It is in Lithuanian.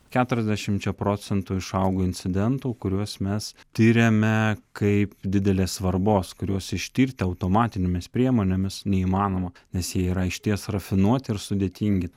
keturiasdešimčia procentų išaugo incidentų kuriuos mes tiriame kaip didelės svarbos kuriuos ištirti automatinėmis priemonėmis neįmanoma nes jie yra išties rafinuoti ir sudėtingi